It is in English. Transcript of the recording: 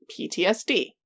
ptsd